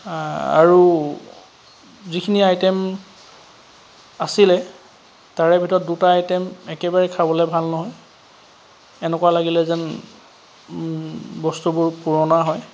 আৰু যিখিনি আইটেম আছিলে তাৰে ভিতৰত দুটা আইটেম একেবাৰে খাবলৈ ভাল নহয় এনেকুৱা লাগিলে যেন বস্তুবোৰ পুৰণা হয়